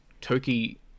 Toki